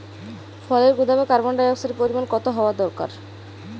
ফলের গুদামে কার্বন ডাই অক্সাইডের পরিমাণ কত হওয়া দরকার?